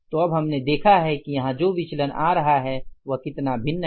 तो अब हमने देखा है कि यहाँ जो विचलन आ रहा है वह कितना भिन्न है